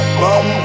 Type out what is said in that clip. boom